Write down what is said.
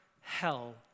hell